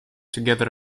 together